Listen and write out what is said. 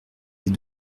les